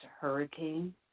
hurricane